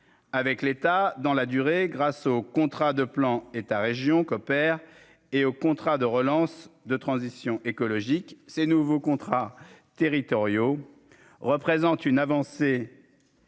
avec l'État dans la durée, grâce au contrat de plan État-Région coopèrent et au contrat de relance de transition écologique, ces nouveaux contrats territoriaux représente une avancée.